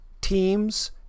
teams